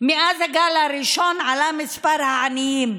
הגל הראשון עלה מספר העניים,